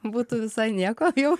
būtų visai nieko jau